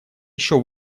еще